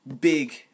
big